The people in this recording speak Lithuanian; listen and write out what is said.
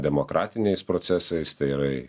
demokratiniais procesais tai yra